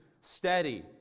steady